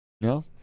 No